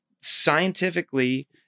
scientifically